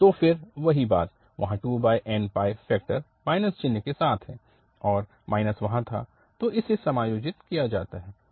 तो फिर वही बात वहाँ 2nπ फैक्टर चिन्ह के साथ है और वहाँ था तो इसे समायोजित किया जाता है